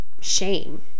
shame